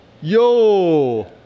Yo